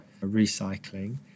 recycling